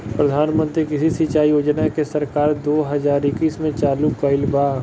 प्रधानमंत्री कृषि सिंचाई योजना के सरकार दो हज़ार इक्कीस में चालु कईले बा